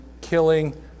killing